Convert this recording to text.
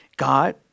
God